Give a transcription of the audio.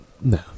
No